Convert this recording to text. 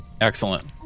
Excellent